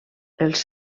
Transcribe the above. els